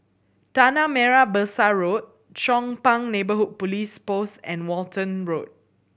Tanah Merah Besar Road Chong Pang Neighbourhood Police Post and Walton Road